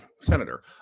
senator